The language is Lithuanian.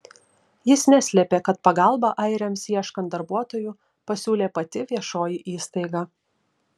jis neslėpė kad pagalbą airiams ieškant darbuotojų pasiūlė pati viešoji įstaiga